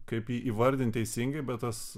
kaip įvardint teisingai bet tas